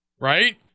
right